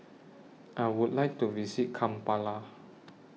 I Would like to visit Kampala